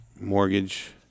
mortgage